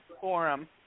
forum